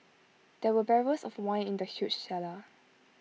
there were barrels of wine in the huge cellar